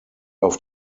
auf